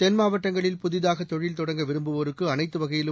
தென்மாவட்டங்களில் புதிதாக தொழில் தொடங்க விரும்புவோருக்கு அனைத்து வகையிலும்